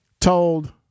told